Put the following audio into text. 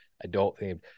adult-themed